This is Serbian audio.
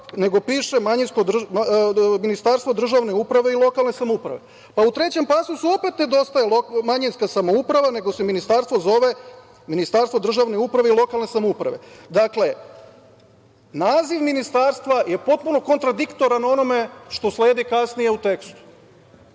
nego piše „ministarstvo državne uprave i lokalne samouprave“, pa u trećem pasusu opet nedostaje „manjinska samouprava“, nego se ministarstvo zove „ministarstvo državne uprave i lokalne samouprave“.Dakle, naziv ministarstva je potpuno kontradiktoran onome što sledi kasnije u tekstu.